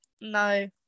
no